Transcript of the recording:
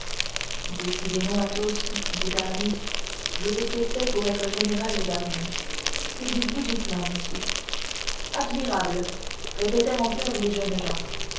décidément athos dit aramis vous étiez fait pour être général d'armée que dites-vous du plan messieurs admirable répétèrent en choeur les jeunes gens